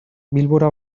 bilbora